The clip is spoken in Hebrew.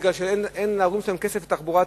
כי אין להורים שלהם כסף לתחבורה ציבורית.